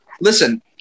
listen